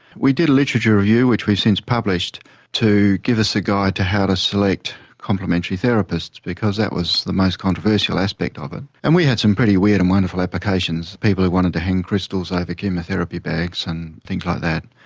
we did a literature review which we have since published to give us a guide to how to select complementary therapists, because that was the most controversial aspect of it. and we had some pretty weird and wonderful applications people who wanted to hang crystals over chemotherapy bags and things like that,